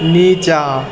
नीचाँ